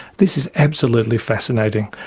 this is absolutely fascinating.